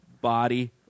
body